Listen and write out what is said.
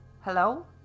hello